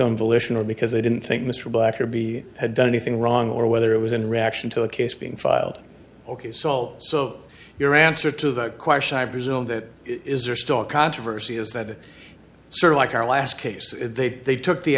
own volition or because they didn't think mr black or be had done anything wrong or whether it was in reaction to a case being filed ok so so your answer to that question i presume that is are still a controversy is that sort of like our last case they they took the